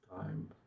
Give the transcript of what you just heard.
time